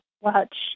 watch